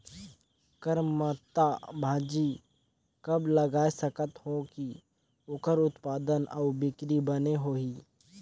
करमत्ता भाजी कब लगाय सकत हो कि ओकर उत्पादन अउ बिक्री बने होही?